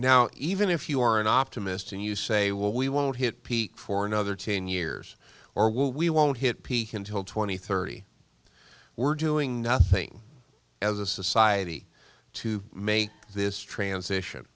now even if you are an optimist and you say well we won't hit peak for another ten years or will we won't hit peak until twenty thirty we're doing nothing as a society to make this transition